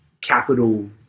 capital